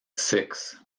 six